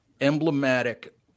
emblematic